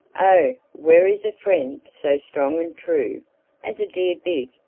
oh! where is a friend so strong and true as a dear big,